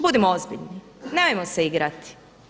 Budimo ozbiljni, nemojmo se igrati.